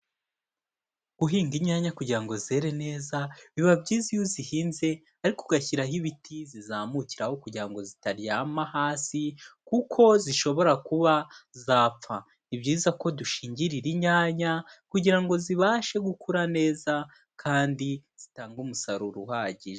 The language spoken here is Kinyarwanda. Guhinga inyanya kugira ngo zere neza biba byiza iyo uzihinze ariko ugashyiraho ibiti zizamukiraho kugira ngo zitaryama hasi kuko zishobora kuba zapfa. Ni byiza ko dushingirira inyanya kugira ngo zibashe gukura neza kandi zitange umusaruro uhagije.